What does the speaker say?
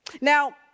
Now